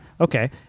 Okay